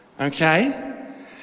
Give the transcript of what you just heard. Okay